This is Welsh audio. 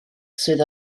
sydd